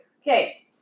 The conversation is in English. Okay